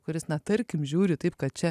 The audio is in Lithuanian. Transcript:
kuris na tarkim žiūri taip kad čia